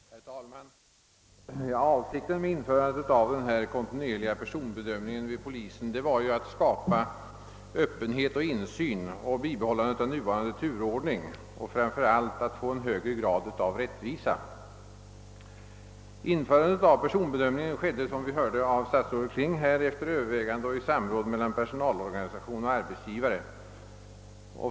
Herr talman! Avsikten med införandet av den kontinuerliga personbedömningen vid polisen var att skapa öppenhet och insyn, att bibehålla nuvarande turordning samt framför allt att åstadkomma en högre grad av rättvisa. Införandet av personbedömningen skedde, såsom vi nyss hörde av statsrådet Kling, efter övervägande inom och 1 samråd mellan personalorganisation och arbetsgivare.